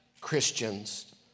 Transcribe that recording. Christians